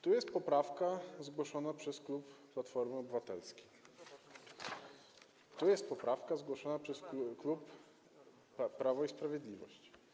To jest poprawka zgłoszona przez klub Platformy Obywatelskiej, a to jest poprawka zgłoszona przez klub Prawo i Sprawiedliwość.